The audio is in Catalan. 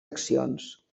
accions